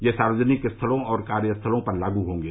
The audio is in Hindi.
ये सार्वजनिक स्थलों और कार्यस्थलों पर लागू होंगे